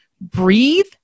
breathe